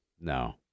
No